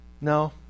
No